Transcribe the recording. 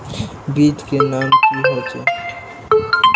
बीज के नाम की हिये?